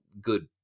good